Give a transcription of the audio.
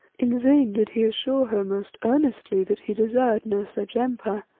in vain did he assure her most earnestly that he desired no such empire.